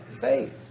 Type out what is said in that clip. faith